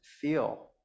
feel